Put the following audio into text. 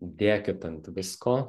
dėkit ant visko